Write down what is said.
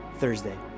Thursday